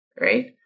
right